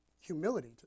humility